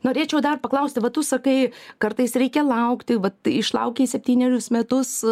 norėčiau dar paklausti va tu sakai kartais reikia laukti vat išlaukei septynerius metus